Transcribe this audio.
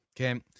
Okay